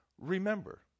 remember